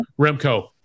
Remco